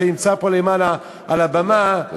שנמצא פה למעלה על הבמה תודה.